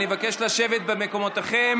אני מבקש לשבת במקומותיכם.